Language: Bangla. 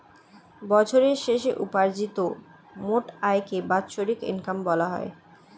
বছরের শেষে উপার্জিত মোট আয়কে বাৎসরিক ইনকাম বলা হয়